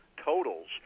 totals